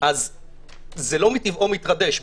זה לא מטבעו מתחדש.